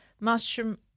mushroom